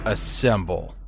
Assemble